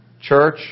church